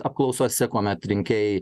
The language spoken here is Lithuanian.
apklausose kuomet rinkėjai